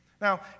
Now